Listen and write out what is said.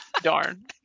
Darn